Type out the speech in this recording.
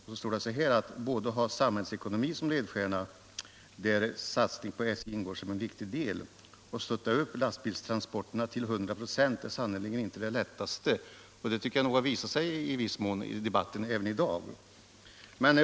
Om denna sägs: ”Att både ha samhällsekonomi som ledstjärna och stötta upp lastbilstransporterna till 100 procent är sannerligen inte det lättaste.” Det tycker jag i viss mån har visat sig även i dag.